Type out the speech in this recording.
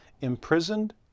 Imprisoned